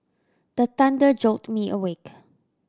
the thunder jolt me awake